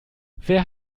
wer